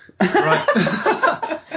Right